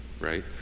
right